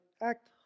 act